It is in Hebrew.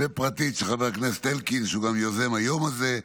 ופרטי של חבר הכנסת אלקין, שהוא גם יוזם היום הזה.